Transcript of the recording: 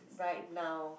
right now